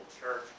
church